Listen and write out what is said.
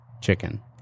chicken